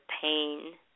pain